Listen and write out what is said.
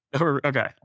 Okay